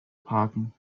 parken